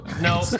No